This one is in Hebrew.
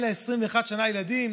אין לה 21 שנה ילדים,